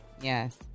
Yes